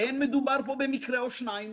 אין מדובר פה במקרה או שניים